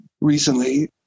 recently